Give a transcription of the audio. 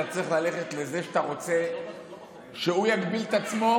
צריך ללכת לזה שאתה רוצה שהוא יגביל את עצמו,